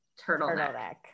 turtleneck